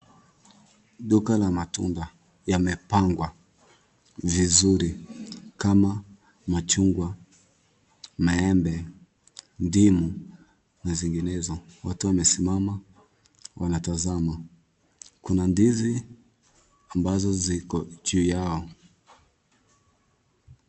Duka la matudaa, yamepangwa vizuri. Kama; machungwa, maembe, ndimu na zinginezo. Watu wamesimama. wanatazama. Kuna ndizi ambazo ziko juu yao.